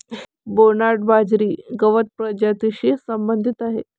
Bernard बाजरी गवत प्रजातीशी संबंधित आहे